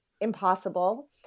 impossible